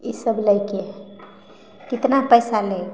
ईसब लैके हइ कतना पइसा लेब